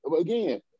again